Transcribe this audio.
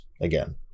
again